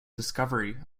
discovery